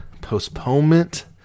postponement